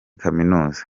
kaminuza